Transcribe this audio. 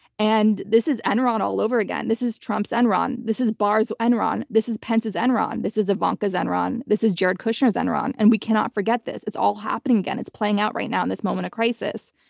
and this is enron all over again. this is trump's enron. this is barr's enron. this is pence's enron. this is ivanka's enron. this is jared kushner's enron, and we cannot forget this. it's all happening again. it's playing out right now in this moment of crisis.